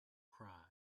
cry